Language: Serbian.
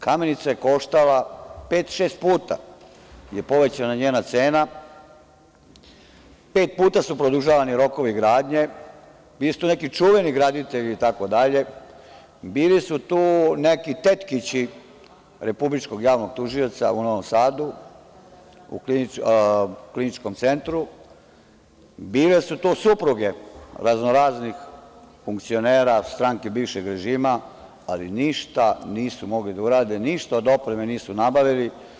Kamenica je koštala pet-šest puta je povećana njena cena, pet puta su produžavani rokovi gradnje, bili su tu neki čuveni graditelji, bili su tu neki tetkići Republičkog javnog tužioca u Novom Sadu, u kliničkom centru, bile su to supruge raznoraznih funkcionera stran-ke bivšeg režima, ali ništa nisu mogli da urade, ništa od opreme nisu nabavili.